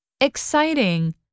Exciting